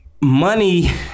money